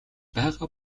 байгаа